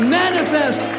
manifest